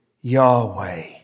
Yahweh